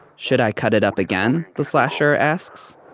should i cut it up again? the slasher asks